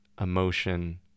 emotion